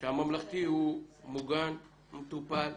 שהממלכתי הוא מוגן, מטופל.